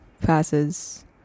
passes